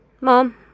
Mom